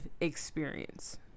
experience